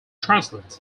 translates